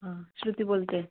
हां श्रुती बोलते आहे